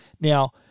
Now